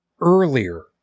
earlier